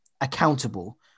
accountable